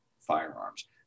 firearms